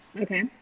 Okay